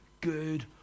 good